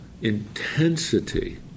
intensity